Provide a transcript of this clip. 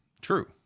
true